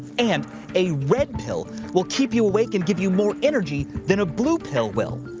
and a red pill will keep you awake and give you more energy than a blue pill will.